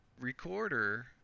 recorder